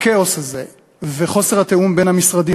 הכאוס הזה וחוסר התיאום בין המשרדים